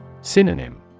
Synonym